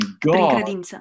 God